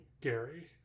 Gary